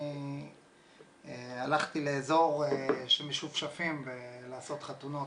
הלכתי לאזור שמשופשפים בלעשות חתונות,